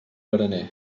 graner